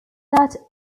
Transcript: that